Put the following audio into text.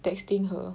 texting her